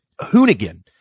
hoonigan